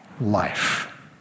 life